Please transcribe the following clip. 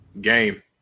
Game